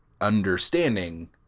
understanding